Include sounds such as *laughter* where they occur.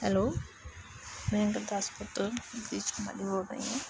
hello ਮੈਂ ਗੁਰਦਾਸਪੁਰ ਤੋਂ *unintelligible* ਕੁਮਾਰੀ ਬੋਲ ਰਹੀ ਹਾਂ